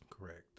Correct